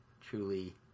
truly